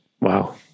Wow